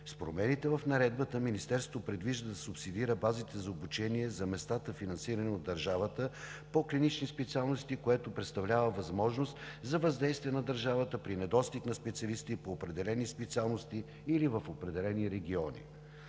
С промените в Наредбата Министерството предвижда да субсидира базите за обучение за местата, финансирани от държавата, по клинични специалности, което представлява възможност за въздействие на държавата при недостиг на специалисти по определени специалности или в определени региони.